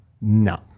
No